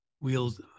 wheels